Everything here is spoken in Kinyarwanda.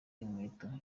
inkweto